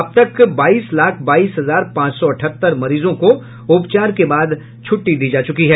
अब तक बाईस लाख बाईस हजार पांच सौ अठहत्तर मरीजों को उपचार के बाद छुट्टी दी जा चुकी है